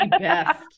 best